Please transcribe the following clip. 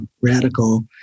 radical